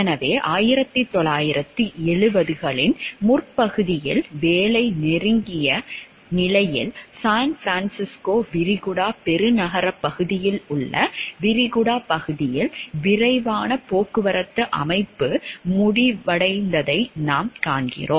எனவே 1970 களின் முற்பகுதியில் வேலை நெருங்கிய நிலையில் சான் பிரான்சிஸ்கோ விரிகுடா பெருநகரப் பகுதியில் உள்ள விரிகுடா பகுதியில் விரைவான போக்குவரத்து அமைப்பு முடிவடைவதை நாம் காண்கிறோம்